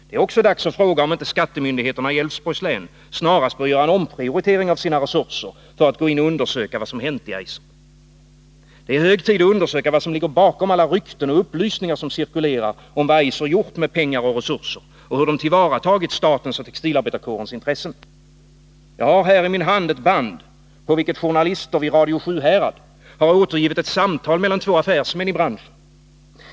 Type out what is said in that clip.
Det är också dags att fråga om inte skattemyndigheterna i Älvsborgs län snarast bör göra en omprioritering av sina resurser för att gå in och undersöka vad som hänt i Eiser. Det är hög tid att undersöka vad som ligger bakom alla rykten och upplysningar som cirkulerar om vad Eiser gjort med pengar och resurser och hur företaget tillvaratagit statens och textilarbetarkårens intressen. Jag har här i min hand ett band, på vilket journalister vid Radio Sjuhärad återgivit ett samtal mellan två affärsmän i branschen.